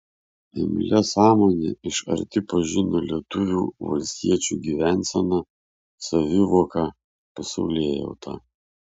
imlia sąmone iš arti pažino lietuvių valstiečių gyvenseną savivoką pasaulėjautą